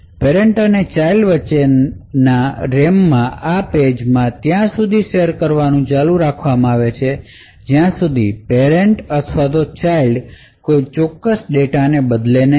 parent અને child વચ્ચેના રેમમાં આ પેજ ત્યાં સુધી શેર કરવાનું ચાલુ રાખે છે જ્યાં સુધી પેરેંટ અથવા ચાઇલ્ડ કોઈ ચોક્કસ ડેટાને બદલે નહીં